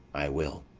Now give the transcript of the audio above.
i will.